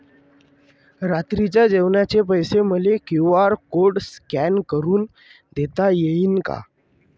रात्रीच्या जेवणाचे पैसे मले क्यू.आर कोड स्कॅन करून देता येईन का?